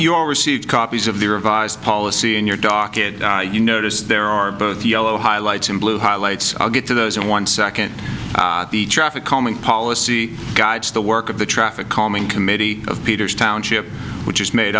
you're received copies of the revised policy in your docket you notice there are both yellow highlights and blue highlights i'll get to those in one second the traffic calming policy guides the work of the traffic calming committee of peter's township which is made